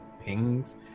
pings